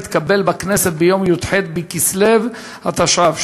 התקבל בכנסת ביום י"ח בכסלו התשע"ו,